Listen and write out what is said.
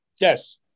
Yes